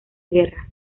guerras